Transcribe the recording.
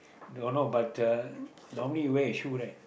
no no but the normally wear suit like